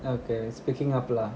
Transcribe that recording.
okay it's picking up lah